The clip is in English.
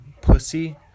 Pussy